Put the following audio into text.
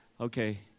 Okay